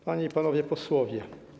Panie i Panowie Posłowie!